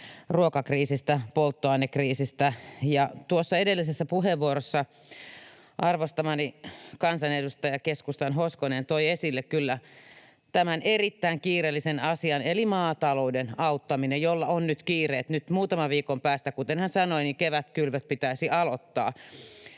ruokakriisistä, polttoainekriisistä. Tuossa edellisessä puheenvuorossa arvostamani kansanedustaja, keskustan Hoskonen, toi esille kyllä tämän erittäin kiireellisen asian, eli maatalouden auttaminen, jolla on nyt kiire. Nyt muutaman viikon päästä, kuten hän sanoi, kevätkylvöt pitäisi aloittaa.